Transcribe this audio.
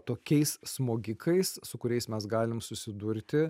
tokiais smogikais su kuriais mes galim susidurti